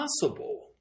possible